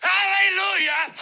Hallelujah